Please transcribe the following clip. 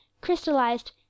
crystallized